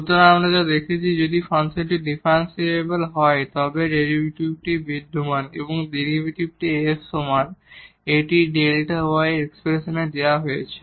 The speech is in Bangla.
সুতরাং আমরা যা দেখেছি যে যদি ফাংশনটি ডিফারেনশিবল হয় তবে ডেরিভেটিভ বিদ্যমান এবং সেই ডেরিভেটিভ A এর সমান এটি Δ y এর এই এক্সপ্রেশনে দেওয়া হয়েছে